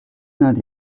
not